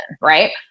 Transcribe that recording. right